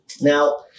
Now